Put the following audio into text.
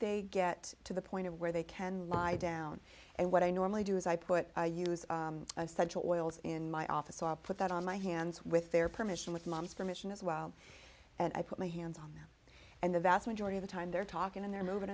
they get to the point of where they can lie down and what i normally do is i put a use of such oils in my office or put that on my hands with their permission with mom's for mission as well and i put my hands on them and the vast majority of the time they're talking and they're moving